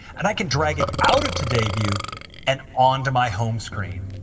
and i can drag it out of today view and on to my home screen.